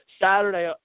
saturday